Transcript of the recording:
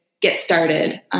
get-started